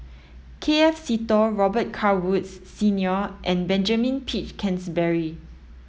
K F Seetoh Robet Carr Woods Senior and Benjamin Peach Keasberry